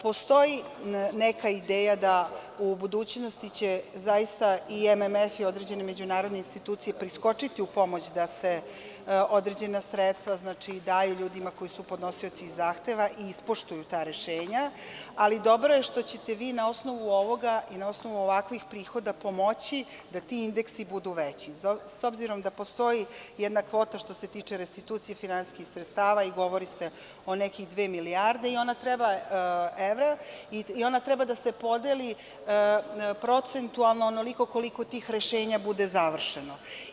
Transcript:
Postoji neka ideja da će u budućnosti zaista i MMF i određene međunarodne institucije priskočiti u pomoć da se određena sredstva daju ljudima koji su podnosioci zahteva i ispoštuju ta rešenja, ali dobro je što ćete vi na osnovu ovoga i na osnovu ovakvih prihoda pomoći da ti indeksi budu veći, s obzirom da postoji jedna kvota što se tiče restitucije finansijskih sredstava i govori se o neke dve milijarde evra i ona treba da se podeli procentualno onoliko koliko tih rešenja bude završeno.